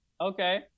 Okay